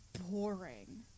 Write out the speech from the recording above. boring